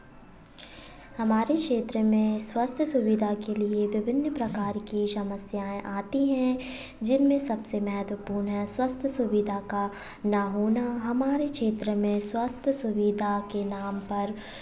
हमारे क्षेत्र में स्वास्थ्य सुविधा के लिये विभिन्न प्रकार की समस्यायें आती हैं जिनमें सबसे महत्वपूर्ण है स्वास्थ्य सुविधा का ना होना हमारे क्षेत्र में स्वास्थ्य सुविधा के नाम पर